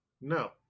No